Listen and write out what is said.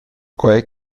quei